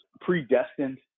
predestined